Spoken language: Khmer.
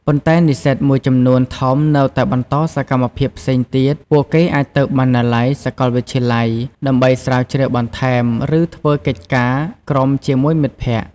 ប៉ុន្តែនិស្សិតមួយចំនួនធំនៅតែបន្តសកម្មភាពផ្សេងទៀត ពួកគេអាចទៅ បណ្ណាល័យសាកលវិទ្យាល័យ ដើម្បីស្រាវជ្រាវបន្ថែម ឬធ្វើកិច្ចការក្រុមជាមួយមិត្តភក្តិ។